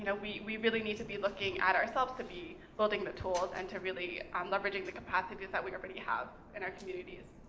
and we we really need to be looking at ourselves to be building the tools, and to really um leveraging the capacities that we already have in our communities.